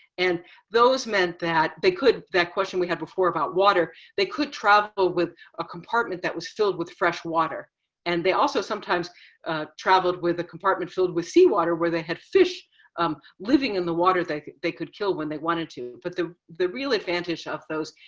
and those meant that, they could, that question we had before about water, they could travel with a compartment that was filled with fresh water and they also sometimes traveled with a compartment filled with seawater, where they had fish living in the water they could they could kill when they wanted to. but the the real advantage of those